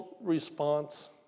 response